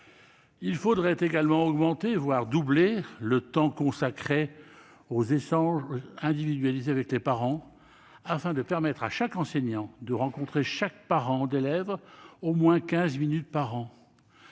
Il faudrait également augmenter- pourquoi pas doubler ? -le temps consacré aux échanges individualisés avec les parents afin de permettre à chaque enseignant de rencontrer chaque parent d'élève au moins quinze minutes par an.